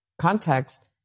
context